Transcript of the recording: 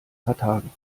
vertagen